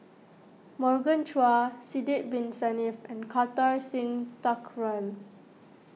Morgan Chua Sidek Bin Saniff and Kartar Singh Thakral